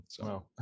wow